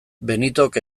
benitok